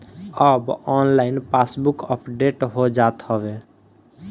अब online passbook update हो जात हवे